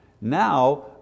now